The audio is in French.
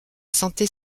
santé